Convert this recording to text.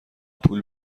پول